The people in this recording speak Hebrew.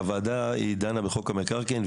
--- הוועדה דנה בחוק המקרקעין,